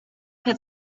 had